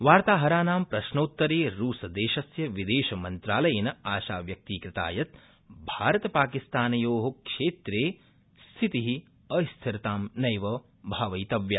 वार्ताहरानां प्रश्नोत्तरे रूसदेशस्य विदेशमन्त्रालयेन आशाव्यक्तीकृता यत् भारतपाकिस्तानक्षेत्रे स्थिति अस्थिरतां नैव भावयितव्या